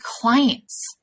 clients